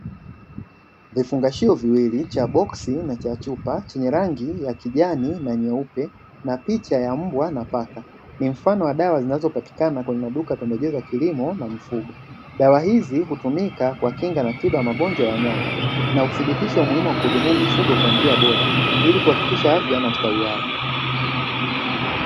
Vifungashio viwili cha boski na cha chupa chenye rangi ya kijani na nyeupe na picha ya mbwa na paka ni mfano, wa dawa zinazopatikana kwenye maduka ya pembejeo za kilimo na mifugo. Dawa hizi hutumika kwa kinga na tiba ya magonjwa ya wanyama na uthibitisho wa umuhimu wa kuhudumia mifugo kwa njia bora ili kuhakikisha afya na ustawi wao.